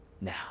Now